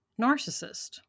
narcissist